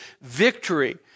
victory